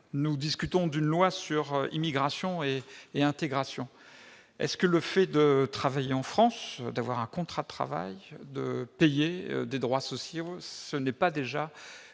Nous discutons d'une loi sur l'immigration et l'intégration : le fait de travailler en France, d'avoir un contrat de travail, de payer des droits sociaux n'est-il pas déjà